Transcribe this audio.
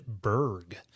berg